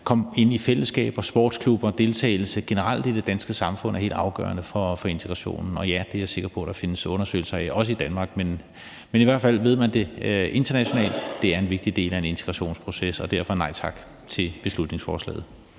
komme ind i fællesskaber og sportsklubber. Deltagelse generelt i det danske samfund er helt afgørende for integrationen. Og ja, det er jeg sikker på der findes undersøgelser af, også i Danmark. Men i hvert fald ved man det internationalt: Det er en vigtig del af en integrationsproces, og derfor siger vi nej tak til beslutningsforslaget.